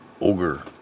ogre